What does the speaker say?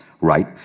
Right